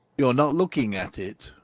you are not looking at it,